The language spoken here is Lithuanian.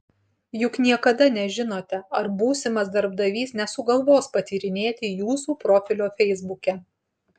juk niekada nežinote ar būsimas darbdavys nesugalvos patyrinėti jūsų profilio feisbuke